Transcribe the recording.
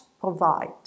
provide